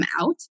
out